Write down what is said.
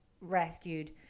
rescued